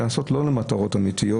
שהן לא נעשות למטרות אמיתיות,